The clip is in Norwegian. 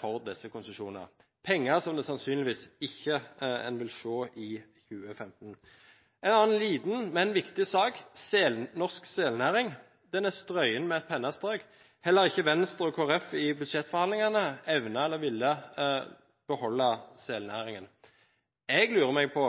for disse konsesjonene – penger som en sannsynligvis ikke vil se i 2015. En annen liten, men viktig sak: norsk selnæring. Den er strøket med et pennestrøk. Heller ikke Venstre eller Kristelig Folkeparti i budsjettforhandlingene evnet eller ville beholde selnæringen. Jeg lurer på